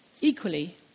Equally